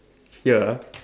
ya